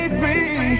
free